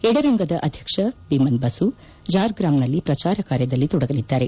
ಎಡರಂಗದ ಅಧ್ಯಕ್ಷ ಬಿಮನ್ ಬಸು ಜಾರ್ಗ್ರಾಮ್ನಲ್ಲಿ ಪ್ರಜಾರ ಕಾರ್ಯದಲ್ಲಿ ತೊಡಗಲಿದ್ದಾರೆ